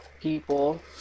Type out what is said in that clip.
people